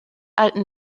alten